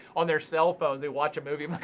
on their cell phones they watch a movie.